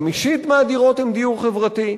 חמישית מהדיור הן דיור חברתי.